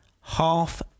half